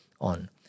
on